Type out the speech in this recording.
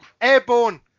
Airborne